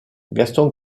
gaston